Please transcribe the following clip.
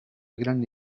grande